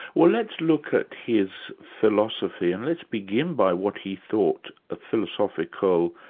well let's look at his philosophy, and let's begin by what he thought a philosophical